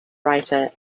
writer